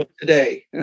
today